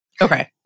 Okay